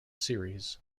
series